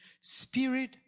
spirit